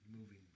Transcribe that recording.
moving